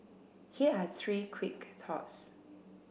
here are three quick thoughts